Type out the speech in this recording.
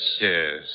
Yes